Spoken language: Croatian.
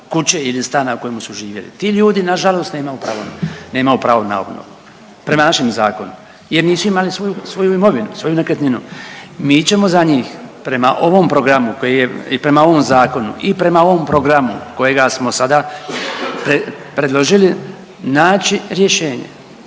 kuće ili stana u kojemu su živjeli. Ti ljudi nažalost nemaju pravo, nemaju pravo na obnovu prema našem zakonu jer nisu imali svoju imovinu, svoju nekretninu. Mi ćemo za njih prema ovom programu koji je i prema ovom zakon i prema ovom programu kojega smo sada predložili naći rješenje